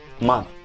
month